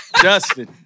Justin